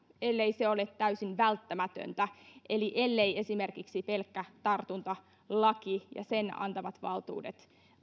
ellei se ole täysin välttämätöntä eli elleivät esimerkiksi pelkkä tartuntalaki ja sen antamat valtuudet